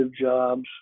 jobs